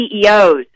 CEOs